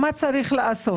מה צריך לעשות.